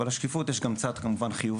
אבל לשקיפות יש גם צד חיובי,